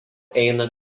eina